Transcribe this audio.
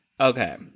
Okay